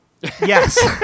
Yes